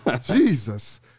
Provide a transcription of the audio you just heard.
Jesus